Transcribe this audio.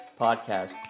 podcast